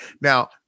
Now